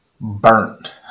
burnt